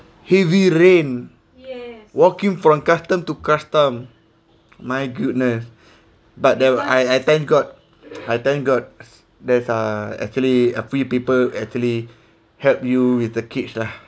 heavy rain walking from custom to custom my goodness but that one I I thank god I thank god there's uh actually a few people actually help you with the kids lah